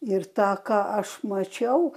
ir tą ką aš mačiau